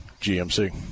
GMC